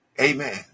Amen